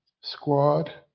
squad